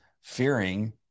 fearing